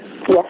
Yes